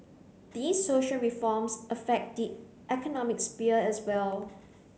these social reforms affect the economic sphere as well